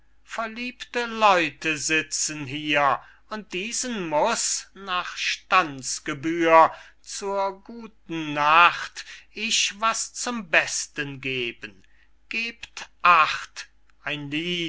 verliebte leute sitzen hier und diesen muß nach standsgebühr zur guten nacht ich was zum besten geben gebt acht ein